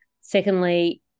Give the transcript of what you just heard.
Secondly